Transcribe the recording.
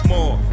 More